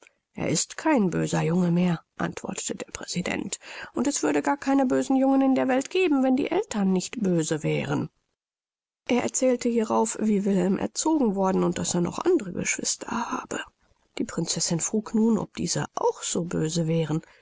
er ist kein böser junge mehr antwortete der präsident und es würde gar keine bösen jungen in der welt geben wenn die eltern nicht böse wären er erzählte hierauf wie wilhelm erzogen worden und daß er noch andere geschwister habe die prinzessin frug nun ob diese auch so böse wären